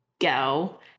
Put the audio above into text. go